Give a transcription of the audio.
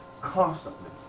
constantly